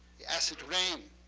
the acid rain,